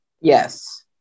Yes